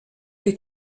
que